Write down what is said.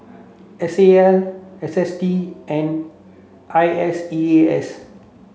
S A L S S T and I S E A S